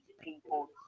people